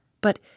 But